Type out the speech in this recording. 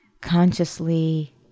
consciously